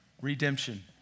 redemption